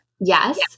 Yes